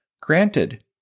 Granted